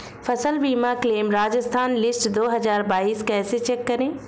फसल बीमा claim Rajasthan list दो हज़ार बाईस कैसे चेक करें?